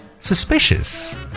suspicious